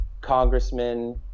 Congressman